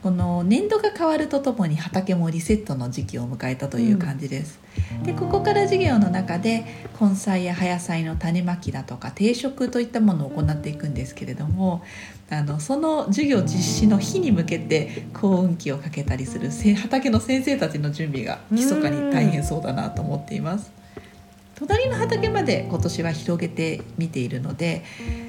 この年度が変わるとともに畑もリセットの時期を迎えたという感じです。で、ここから授業の中で、根菜や葉野菜の種まきだとか、定植といったものを行っていくんですけれども、あの、その授業実施の日に向けて、耕運機をかけたりするせ- 畑の先生たちの準備が密かに大変そうだなと思っています。隣の畑まで今年は広げてみているので、